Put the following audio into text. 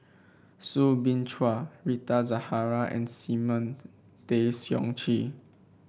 Soo Bin Chua Rita Zahara and Simon Tay Seong Chee